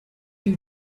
you